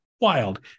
wild